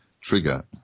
trigger